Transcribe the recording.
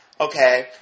okay